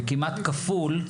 כמעט כפול,